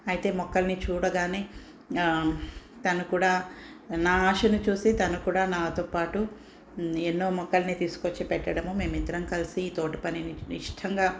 అయితే మొక్కల్ని చూడగానే తను కూడా నా ఆశని చూసి తను కూడా నాతో పాటు ఎన్నో మొక్కల్ని తీసుకొచ్చి పెట్టడము మేము ఇద్దరం కలిసి తోటపనినీ ఇష్టంగా